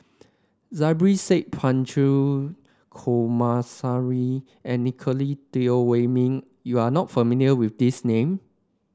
Zubir Said Punch and Nicolette Teo Wei Min you are not familiar with these name